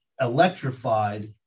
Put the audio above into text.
electrified